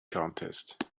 contest